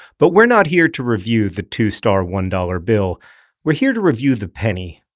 but we're not here to review the two-star one-dollar bill we're here to review the penny,